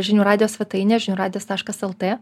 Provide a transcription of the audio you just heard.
žinių radijo svetainė žinių radijas taškas lt